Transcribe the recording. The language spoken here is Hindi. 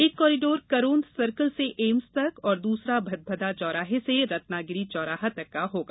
एक कॉरिडोर करोंद सर्कल से एम्स तक और दूसरा भदभदा चौराहे से रत्नागिरि चौराहा तक का होगा